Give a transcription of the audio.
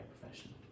professional